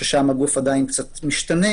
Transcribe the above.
ששם הגוף עדיין קצת משתנה,